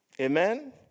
Amen